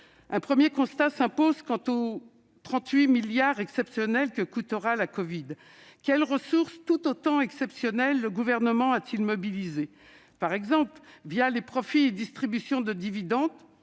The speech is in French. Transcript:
Un premier constat s'impose quant aux 38 milliards d'euros exceptionnels que coûtera la covid-19. Quelles ressources exceptionnelles le Gouvernement a-t-il mobilisées les profits et distributions de dividendes